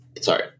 Sorry